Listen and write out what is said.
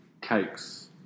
cakes